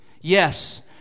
Yes